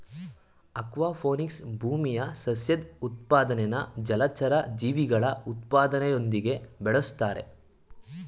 aquaponics ಭೂಮಿಯ ಸಸ್ಯದ್ ಉತ್ಪಾದನೆನಾ ಜಲಚರ ಜೀವಿಗಳ ಉತ್ಪಾದನೆಯೊಂದಿಗೆ ಬೆಳುಸ್ತಾರೆ